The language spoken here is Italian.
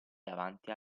davanti